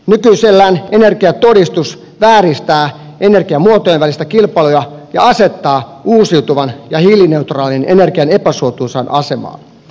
nykyisellään energiatodistus vääristää energiamuotojen välistä kilpailua ja asettaa uusiutuvan ja hiilineutraalin energian epäsuotuisaan asemaan